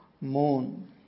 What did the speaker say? moon